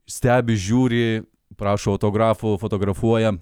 stebi žiūri prašo autografų fotografuoja